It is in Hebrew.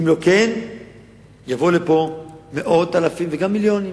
אם לא כן יבואו הנה מאות אלפים, וגם מיליונים.